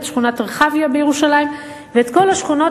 את שכונת רחביה בירושלים ואת כל השכונות